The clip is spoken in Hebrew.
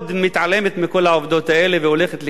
מתעלמת מכל העובדות האלה והולכת לכיוון של